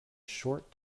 short